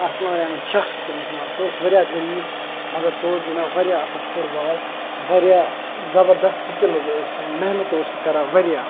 ارسلان احمد شاہ چھُ تٔمِس ناو سُہ اوس واریاہ غریٖب مگر سُہ اوس گِنٛدان واریاہ اَصٕل فُٹ بال واریاہ زَبردس سِکِلٕز ٲسۍ تِم محنت اوس سُہ کَران واریاہ